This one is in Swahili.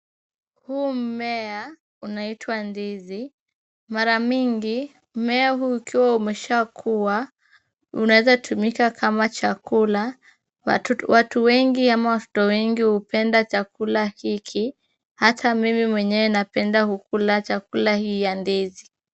Huu mmea unaitwa ndizi, mara mingi mmea huu ukiwa umeshakua unaweza tumika kama chakula, watu wengi ama watoto wengi hupenda chakula hiki, hata mimi mwenyewe napenda kukula chakula hii ya ndizi.